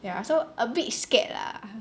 ya so a bit scared lah